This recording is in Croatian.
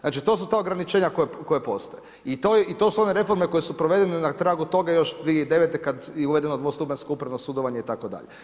Znači to su ta ograničenja koja postoje i to su one reforme koje su provedene na trahu toga još 2009. kad je uvedeno dvostupanjsko upravno sudovanje itd.